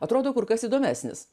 atrodo kur kas įdomesnis